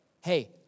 hey